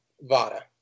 VADA